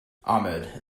ahmed